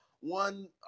one